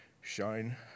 shine